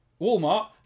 Walmart